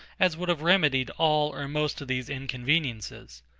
as would have remedied all or most of these inconveniences.